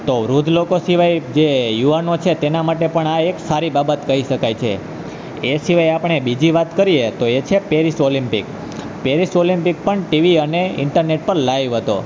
તો વૃદ્ધ લોકો સિવાય જે યુવાનો છે તેના માટે પણ આ એક સારી બાબત કહી શકાય છે એ સિવાય આપણે બીજી વાત કરીએ તો એ છે પેરિસ ઓલમ્પિક પેરિસ ઓલમ્પિક પણ ટીવી અને ઈન્ટરનેટ પર લાઈવ હતો